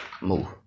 Move